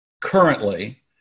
currently